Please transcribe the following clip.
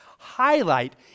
highlight